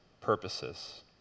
purposes